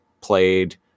played